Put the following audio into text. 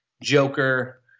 Joker